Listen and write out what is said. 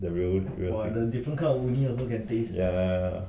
the real real taste ya ya ya